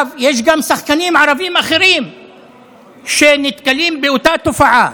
יש גם שחקנים ערבים אחרים שנתקלים באותה תופעה,